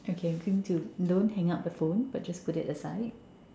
okay don't hang up the phone but just put it aside